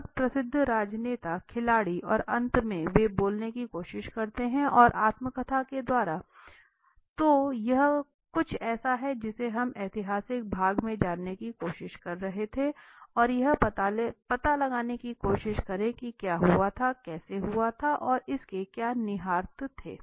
बहुत प्रसिद्ध राजनेता खिलाड़ी और अंत में वे बोलने की कोशिश करते हैं आत्मकथा के द्वारा तो यह कुछ ऐसा है जिसे हम ऐतिहासिक भाग में जाने की कोशिश कर रहे थे और यह पता लगाने की कोशिश करें कि क्या हुआ था कैसे हुआ और इसके क्या निहितार्थ थे